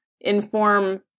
inform